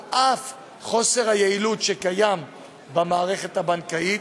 על אף חוסר היעילות שקיים במערכת הבנקאית,